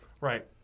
Right